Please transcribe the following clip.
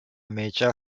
major